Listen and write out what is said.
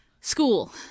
School